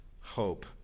hope